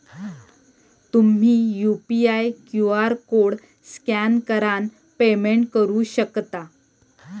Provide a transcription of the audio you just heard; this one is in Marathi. तुम्ही यू.पी.आय क्यू.आर कोड स्कॅन करान पेमेंट करू शकता